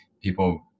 people